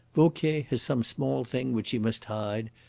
vauquier has some small thing which she must hide,